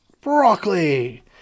Broccoli